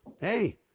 hey